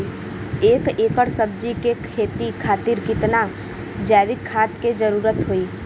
एक एकड़ सब्जी के खेती खातिर कितना जैविक खाद के जरूरत होई?